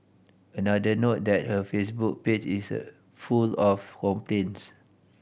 another note that her Facebook page is full of complaints